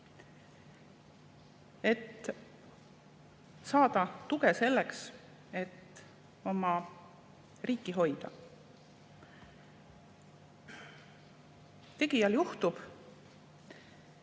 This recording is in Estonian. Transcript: et saada tuge selleks, et oma riiki hoida. Tegijal juhtub.